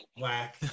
whack